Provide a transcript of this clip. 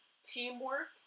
Teamwork